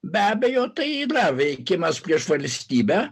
be abejo tai yra veikimas prieš valstybę